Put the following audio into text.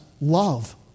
love